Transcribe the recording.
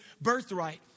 birthright